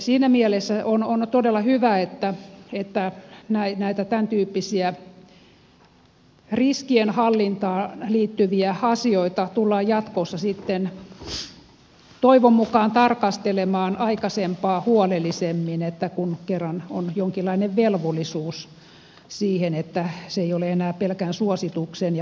siinä mielessä on todella hyvä että näitä tämäntyyppisiä riskienhallintaan liittyviä asioita tullaan jatkossa toivon mukaan tarkastelemaan aikaisempaa huolellisemmin kun kerran on jonkinlainen velvollisuus siihen eikä se ole enää pelkän suosituksen ja hyvän tahdon varassa